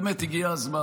באמת הגיע הזמן.